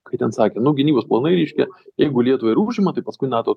kai ten sakė nu gynybos planai reiškia jeigu lietuvą ir užima tai paskui nato